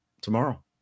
tomorrow